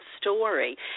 story